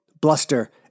bluster